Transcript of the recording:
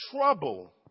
trouble